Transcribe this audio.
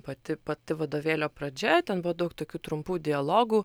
pati pati vadovėlio pradžia ten buvo daug tokių trumpų dialogų